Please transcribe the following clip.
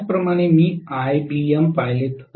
त्याचप्रमाणे मी ibm पाहिले तर